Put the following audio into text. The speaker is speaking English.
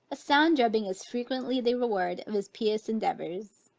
a sound drubbing is frequently the reward of his pious endeavors.